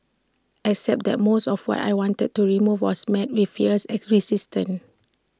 except that most of what I wanted to remove was met with fierce at resistance